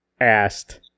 asked